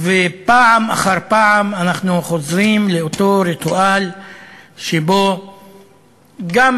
פעם אחרי פעם אנחנו חוזרים לאותו ריטואל שבו גם